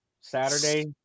Saturday